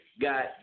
got